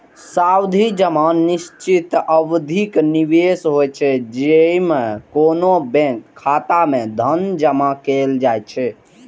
सावधि जमा निश्चित अवधिक निवेश होइ छै, जेइमे कोनो बैंक खाता मे धन जमा कैल जाइ छै